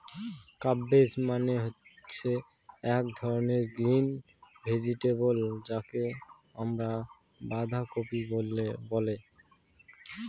cabbage মানে হচ্ছে এক ধরনের গ্রিন ভেজিটেবল যাকে আমরা বাঁধাকপি বলে